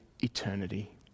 eternity